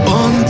on